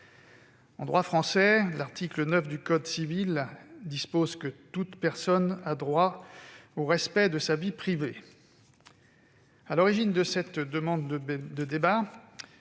En droit français, l'article 9 du code civil dispose :« Chacun a droit au respect de sa vie privée. » À l'origine de cette demande de débat,